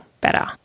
better